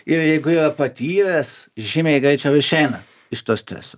ir jeigu yra patyręs žymiai greičiau išeina iš to streso